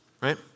right